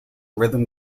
rhythm